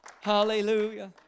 Hallelujah